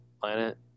planet